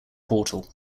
portal